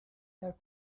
have